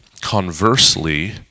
Conversely